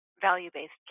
value-based